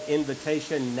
invitation